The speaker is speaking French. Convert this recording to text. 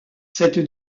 cette